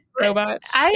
robots